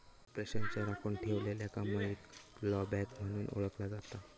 कॉर्पोरेशनच्या राखुन ठेवलेल्या कमाईक ब्लोबॅक म्हणून ओळखला जाता